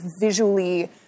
visually